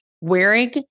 Wearing